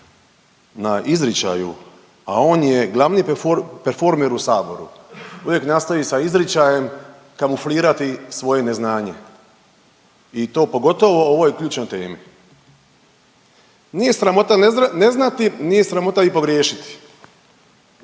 na izričaju, a on je glavni performer u saboru, uvijek nastoji sa izričajem kamuflirati svoje neznanje i to pogotovo o ovoj ključnoj temi. Nije sramota ne znati, nije sramota i pogriješiti,